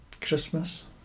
Christmas